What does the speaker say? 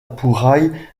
pouraille